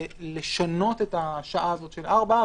לשנות את השעה הזאת של 16:00,